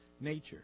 nature